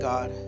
God